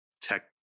tech